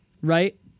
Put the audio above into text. Right